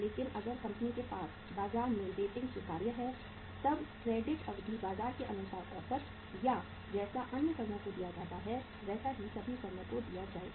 लेकिन अगर कंपनी के पास बाजार में रेटिंग स्वीकार्य है तब क्रेडिट अवधि बाजार के अनुसार औसत या जैसा अन्य फर्मों को दिया जा रहा है वैसा ही सभी फर्मों को दिया जाएगा